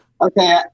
Okay